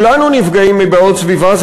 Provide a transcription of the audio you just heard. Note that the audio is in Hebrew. כולנו נפגעים מבעיות סביבה,